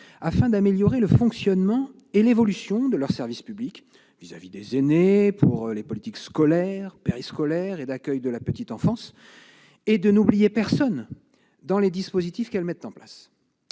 afin d'améliorer le fonctionnement et l'évolution de leurs services publics vis-à-vis des aînés, pour les politiques scolaire, périscolaire et d'accueil de la petite enfance, et de n'oublier personne dans les dispositifs qu'elles mettent en place.